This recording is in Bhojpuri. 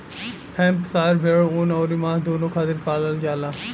हैम्पशायर भेड़ ऊन अउरी मांस दूनो खातिर पालल जाला